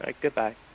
goodbye